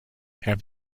have